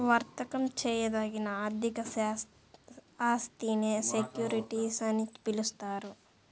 వర్తకం చేయదగిన ఆర్థిక ఆస్తినే సెక్యూరిటీస్ అని పిలుస్తారు